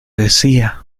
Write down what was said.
decía